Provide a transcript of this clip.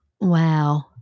Wow